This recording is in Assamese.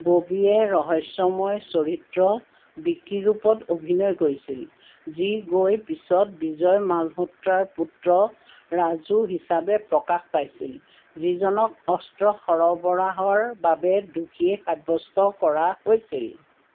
ববীয়ে ৰহস্যময় চৰিত্ৰ বিকি ৰূপত অভিনয় কৰিছিল যি গৈ পিছত বিজয় মালহোত্ৰাৰ পুত্ৰ ৰাজু হিচাপে প্ৰকাশ পাইছিল যিজনক অস্ত্ৰ সৰবৰাহৰ বাবে দোষী সাব্যস্ত কৰা হৈছিল